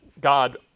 God